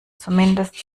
zumindest